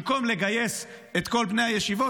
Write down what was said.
במקום לגייס את כל בני הישיבות,